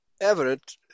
evident